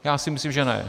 Já si myslím že ne.